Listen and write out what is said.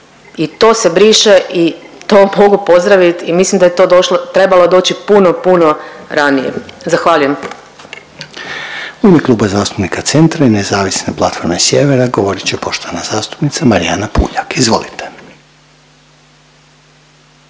i to se briše i to mogu pozdraviti i mislim da je to trebalo doći puno, puno ranije. Zahvaljujem.